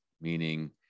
meaning